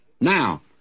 Now